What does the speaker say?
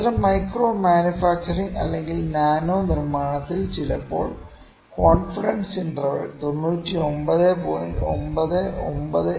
അത്തരം micro manufacturing അല്ലെങ്കിൽ nano നിർമ്മാണത്തിൽ ചിലപ്പോൾ കോൺഫിഡൻസ് ഇന്റർവെൽ 99